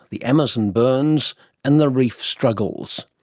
the amazon burns and the reef struggles.